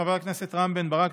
חבר הכנסת רם בן ברק,